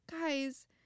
guys